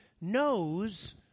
knows